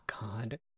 God